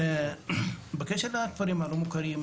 בקשר לכפרים הלא מוכרים,